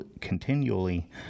continually